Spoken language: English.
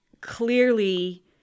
clearly